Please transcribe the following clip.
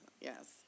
Yes